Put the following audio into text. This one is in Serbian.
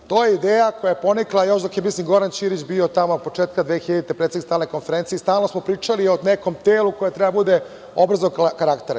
To je ideja koja je ponikla još dok je, mislim, Goran Ćirić bio tamo, od početka 2000. godine, predsednik Stalne konferencije i stalno smo pričali o nekom telu koje treba da bude obrazovnog karaktera.